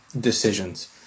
decisions